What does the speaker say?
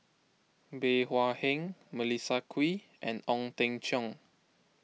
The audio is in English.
Bey Hua Heng Melissa Kwee and Ong Teng Cheong